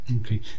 Okay